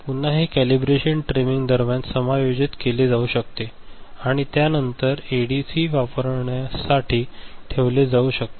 पुन्हा हे calibration trimming दरम्यान समायोजित केले जाऊ शकते आणि त्यानंतर एडीसी वापरण्यासाठी ठेवले जाऊ शकते